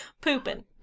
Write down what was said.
Pooping